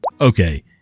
Okay